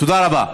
תודה רבה.